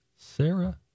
Sarah